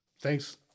Thanks